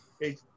hey